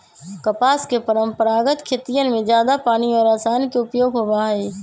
कपास के परंपरागत खेतियन में जादा पानी और रसायन के उपयोग होबा हई